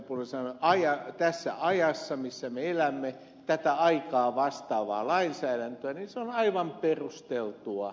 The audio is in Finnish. pulliainen sanoi tässä ajassa missä me elämme tätä aikaa vastaavaa lainsäädäntöä on aivan perusteltua